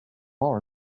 more